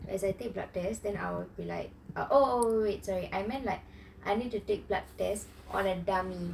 as I take blood test then I will be like oh wait sorry I mean that I need to take blood test on a dummy